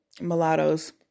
mulattoes